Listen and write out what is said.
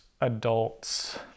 adults